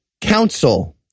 council